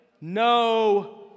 no